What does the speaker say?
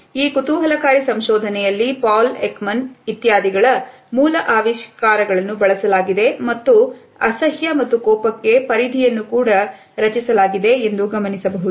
ಈ ಕುತೂಹಲಕಾರಿ ಸಂಶೋಧನೆಯಲ್ಲಿ ಪಾಲಕ್ ಮನೆ ಇತ್ಯಾದಿಗಳ ಮೂಲ ಅವಿಷ್ಕಾರಗಳನ್ನು ಬಳಸಲಾಗಿದೆ ಮತ್ತು ಅಸಹ್ಯ ಮತ್ತು ಕೋಪಕ್ಕೆ ಪರಿಧಿಯನ್ನು ಕೂಡ ರಚಿಸಲಾಗಿದೆ ಎಂದು ಗಮನಿಸಬಹುದು